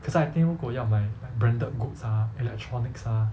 that's why I think 如果要买 like branded goods ah electronics ah